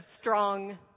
strong